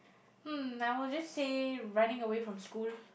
hmm I will just say running away from school